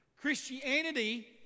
Christianity